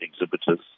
exhibitors